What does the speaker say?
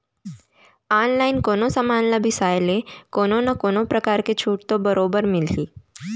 online कोनो समान ल बिसाय ले कोनो न कोनो परकार के छूट तो बरोबर मिलही